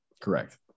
correct